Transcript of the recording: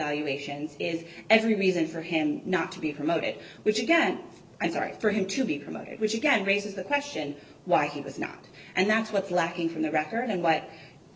asians is every reason for him not to be promoted which again i'm sorry for him to be promoted which again raises the question why he was not and that's what's lacking from the record and what